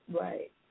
Right